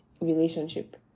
relationship